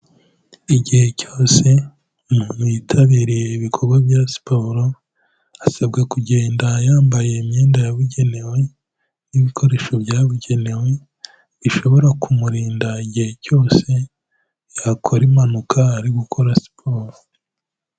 Igihe cyose umuntu yitabiriye ibikorwa bya siporo asabwa kugenda yambaye imyenda yabugenewe n'ibikoresho byabugenewe bishobora kumurinda igihe cyose yakora impanuka ari gukora siporo.